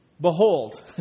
Behold